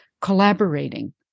collaborating